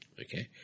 okay